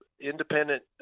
independent